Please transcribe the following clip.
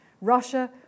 Russia